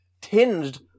tinged